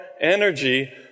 energy